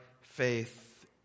faith